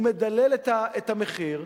הוא מדלל את המחיר,